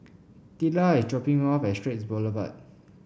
Teela is dropping me off at Straits Boulevard